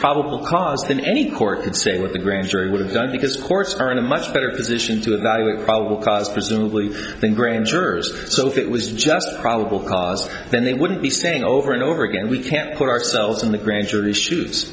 probable cause then any court would say what the grand jury would have done because courts are in a much better position to evaluate probable cause presumably than grand jurors so if it was just probable cause then they wouldn't be saying over and over again we can't put ourselves in the grand jury